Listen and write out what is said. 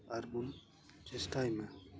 ᱟᱨ ᱵᱚᱱ ᱪᱮᱥᱴᱟᱭ ᱢᱟ